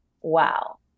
wow